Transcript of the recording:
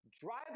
drive